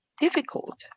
difficult